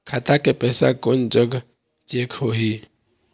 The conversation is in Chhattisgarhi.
खाता के पैसा कोन जग चेक होही?